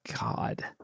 god